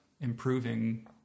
improving